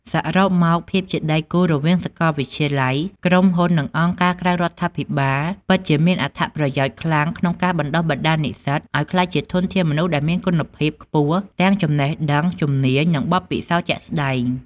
សរុបមក ភាពជាដៃគូរវាងសាកលវិទ្យាល័យ ក្រុមហ៊ុន និងអង្គការក្រៅរដ្ឋាភិបាលពិតជាមានអត្ថប្រយោជន៍ខ្លាំងក្នុងការបណ្ដុះបណ្ដាលនិស្សិតឲ្យក្លាយជាធនធានមនុស្សដែលមានគុណភាពខ្ពស់ ទាំងចំណេះដឹង ជំនាញ និងបទពិសោធន៍ជាក់ស្ដែង។